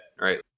right